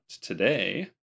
today